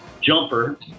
jumper